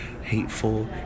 hateful